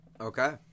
Okay